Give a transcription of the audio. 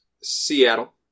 Seattle